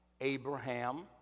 Abraham